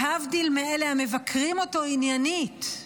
להבדיל מאלה המבקרים אותו עניינית.